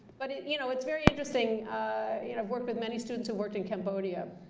but, you know, it's very interesting you know i've worked with many students who worked in cambodia.